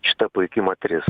šita puiki moteris